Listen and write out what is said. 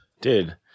Dude